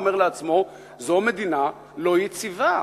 אומר לעצמו: זאת מדינה לא יציבה.